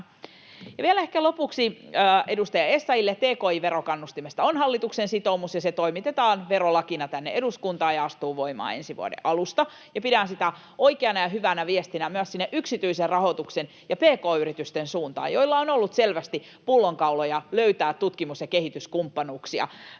vielä ehkä lopuksi edustaja Essayahille: tki-verokannustimesta on hallituksen sitoumus, ja se toimitetaan verolakina tänne eduskuntaan ja astuu voimaan ensi vuoden alusta. Pidän sitä oikeana ja hyvänä viestinä myös sinne yksityisen rahoituksen ja pk-yritysten suuntaan, joilla on ollut selvästi pullonkauloja löytää tutkimus- ja kehityskumppanuuksia